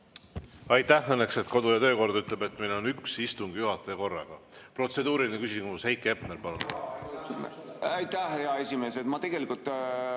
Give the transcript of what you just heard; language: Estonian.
Aitäh! Õnneks kodu- ja töökord ütleb, et meil on üks istungi juhataja korraga. Protseduuriline küsimus, Heiki Hepner. Aitäh, hea esimees! Ma tegelikult